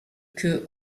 que